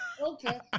Okay